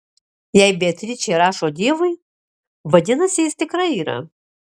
jei beatričė rašo dievui vadinasi jis tikrai yra